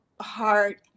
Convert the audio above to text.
heart